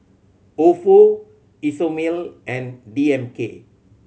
Ofo Isomil and D M K